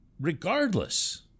Regardless